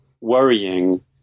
worrying